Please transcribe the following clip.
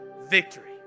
victory